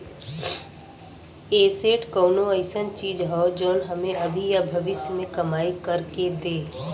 asset कउनो अइसन चीज हौ जौन हमें अभी या भविष्य में कमाई कर के दे